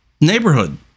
neighborhood